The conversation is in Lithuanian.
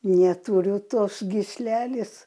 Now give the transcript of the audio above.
neturiu tos gyslelės